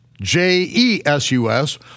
J-E-S-U-S